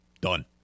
Done